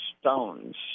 stones